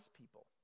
people